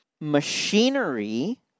machinery